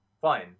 fine